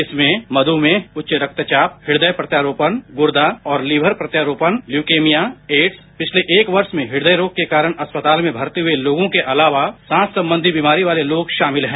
इसमें मध्मेह उच्च रक्तचाप हृदय प्रत्यारोपण गुर्दा और लीवर प्रत्यारोपण त्यूकीमिया एड्स पिछले एक वर्ष में हृदय रोग के कारण अस्पताल में भर्ती हुये लोगों के अलावा सांस संबंधों बीमारी वाले लोग शामिल हैं